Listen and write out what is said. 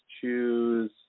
choose